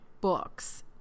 books